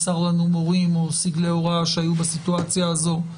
מורים או סגלי הוראה שהיו בסיטואציה הזו.